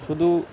শুধু